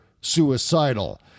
suicidal